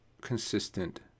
consistent